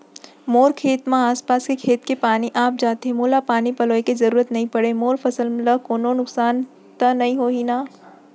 मोर खेत म आसपास के खेत के पानी आप जाथे, मोला पानी पलोय के जरूरत नई परे, मोर फसल ल कोनो नुकसान त नई होही न?